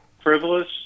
frivolous